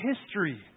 history